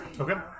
Okay